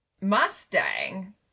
Mustang